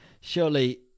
surely